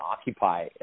occupy